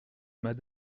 mas